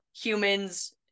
humans